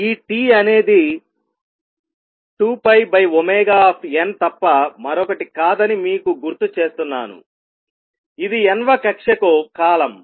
ఈ T అనేది 2πω తప్ప మరొకటి కాదని మీకు గుర్తు చేస్తున్నానుఇది n వ కక్ష్యకు కాలం